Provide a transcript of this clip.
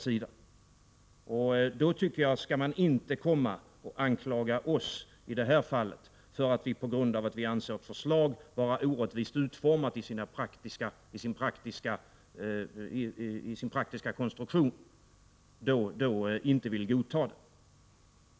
Då skall socialdemokraterna inte komma och anklaga oss därför att vi anser att detta förslag är orättvist utformat i sin praktiska konstruktion och inte vill godta det.